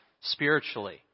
spiritually